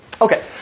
Okay